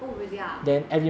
oh really ah